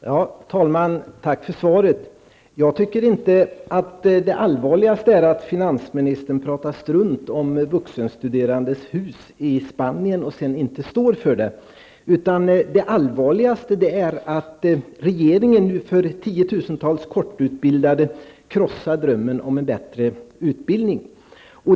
Herr talman! Tack för svaret. Jag tycker inte att det allvarligaste är att finansministern talar strunt om vuxenstuderandes hus i Spanien och sedan inte står för det. Det allvarligaste är att regeringen krossar drömmen om en bättre utbildning för tiotusentals korttidsutbildade.